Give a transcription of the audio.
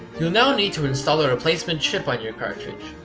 now need to install a replacement chip on your cartridge.